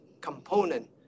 component